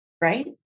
right